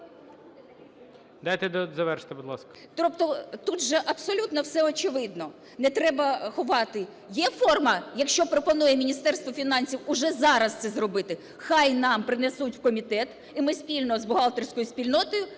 Тобто тут же абсолютно все очевидно, не треба ховати. Є форма, якщо пропонує Міністерство фінансів уже зараз це зробити, хай нам принесуть в комітет і ми спільно з бухгалтерською спільнотою